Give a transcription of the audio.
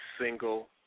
single